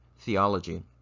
theology